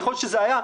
ככל שזה היה,